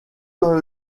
dans